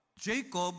Jacob